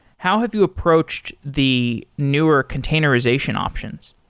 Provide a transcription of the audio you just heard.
how have you approached the newer containerization options?